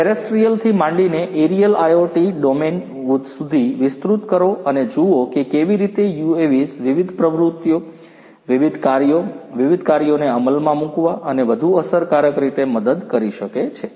terrestrial થી માંડીને aerial IoT domain સુધી વિસ્તૃત કરો અને જુઓ કે કેવી રીતે UAVs વિવિધ પ્રવૃત્તિઓ વિવિધ કાર્યો વિવિધ કાર્યોને અમલમાં મૂકવા અને વધુ અસરકારક રીતે મદદ કરી શકે છે